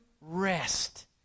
rest